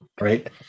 right